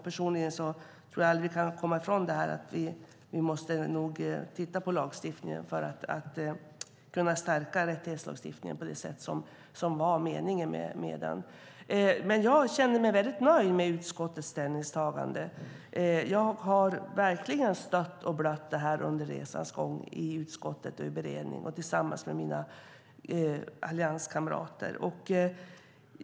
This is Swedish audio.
Personligen tror jag aldrig att vi kan komma ifrån att vi nog måste se över rättighetslagstiftningen för att kunna stärka den på det sätt som var meningen. Jag känner mig väldigt nöjd med utskottets ställningstagande. Jag har verkligen stött och blött det här under resans gång i utskottet, i beredning och tillsammans med mina allianskamrater.